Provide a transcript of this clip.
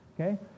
Okay